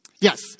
Yes